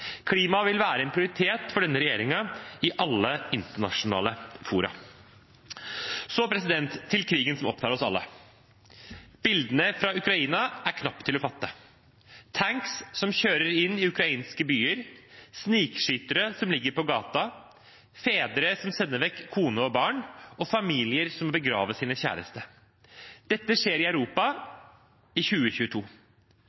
vil være en prioritet for denne regjeringen i alle internasjonale fora. Så til krigen som opptar oss alle. Bildene fra Ukraina er knapt til å fatte. Tanks som kjører inn i ukrainske byer, snikskyttere som ligger på gata, fedre som sender vekk kone og barn, og familier som begraver sine kjæreste. Dette skjer i Europa